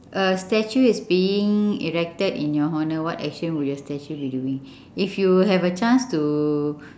a statue is being erected in your honour what action will your statue be doing if you have a chance to